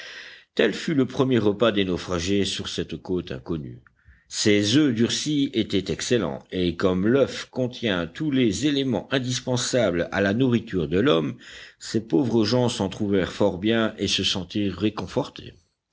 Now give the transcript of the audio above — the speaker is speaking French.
tel fut le premier repas des naufragés sur cette côte inconnue ces oeufs durcis étaient excellents et comme l'oeuf contient tous les éléments indispensables à la nourriture de l'homme ces pauvres gens s'en trouvèrent fort bien et se sentirent réconfortés